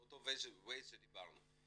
זה אותו "ווייז" שדיברנו.